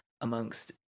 amongst